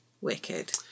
Wicked